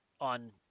on